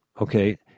Okay